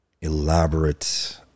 elaborate